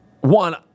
One